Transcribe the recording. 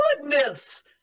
Goodness